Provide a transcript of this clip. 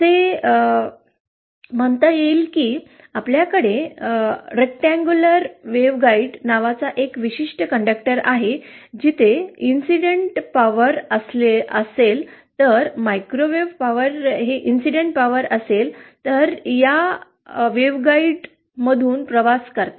असे म्हणता येईल की आपल्याकडे आयताकृती लहरी मार्गदर्शक नावाचा एक विशिष्ट कंडक्टर आहे जिथे वीज घटना असेल तर मायक्रोवेव्ह पॉवर ही घटना असेल तर लाट या लहरी गाईड मधून प्रवास करते